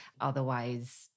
Otherwise